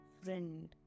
friend